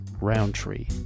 Roundtree